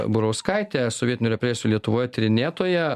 burauskaitė sovietinių represijų lietuvoje tyrinėtoja